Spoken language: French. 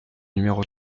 numéro